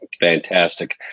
Fantastic